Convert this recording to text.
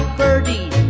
birdie